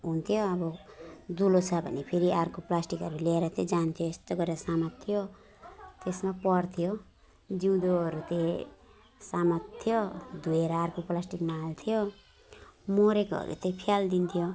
हुन्थ्यो अब दुलो छ भने फेरि अर्को प्लास्टिकहरू लिएर चाहिँ जान्थ्यो यस्तो गरेर समात्थ्यो त्यसमा पर्थ्यो जिउँदोहरू चाहिँ समात्थ्यो लिएर अर्को प्लास्टिकमा हाल्थ्यो मरेकोहरू चाहिँ फ्यालिदिन्थ्यो